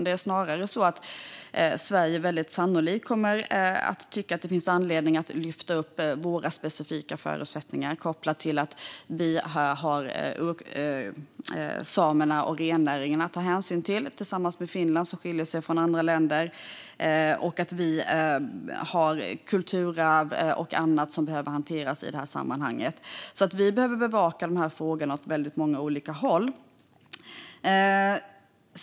Det är snarare så att Sverige sannolikt kommer att tycka att det finns anledning att lyfta upp våra specifika förutsättningar kopplat till att vi har samerna och rennäringen att ta hänsyn till tillsammans med Finland, som skiljer sig från andra länder. Vi har kulturarv och annat som behöver hanteras i sammanhanget. Vi behöver alltså bevaka frågorna åt väldigt många olika håll.